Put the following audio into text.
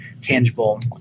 tangible